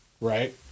right